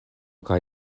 kaj